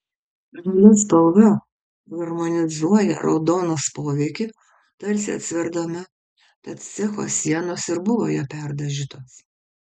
žalia spalva harmonizuoja raudonos poveikį tarsi atsverdama tad cecho sienos ir buvo ja perdažytos